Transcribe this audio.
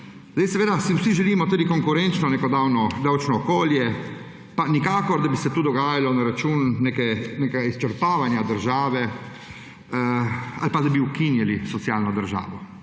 Seveda si vsi želimo tudi konkurenčno davčno okolje, nikakor pa, da bi se to dogajalo na račun nekega izčrpavanja države ali pa da bi ukinili socialni državo.